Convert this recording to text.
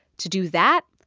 to do that,